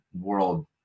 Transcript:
world